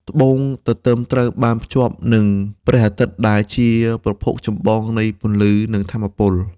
បូងទទឹមត្រូវបានភ្ជាប់នឹងព្រះអាទិត្យ ដែល ជាប្រភពចម្បងនៃពន្លឺ និងថាមពល។